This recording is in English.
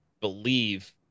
believe